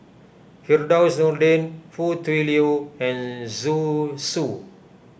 Firdaus Nordin Foo Tui Liew and Zhu Xu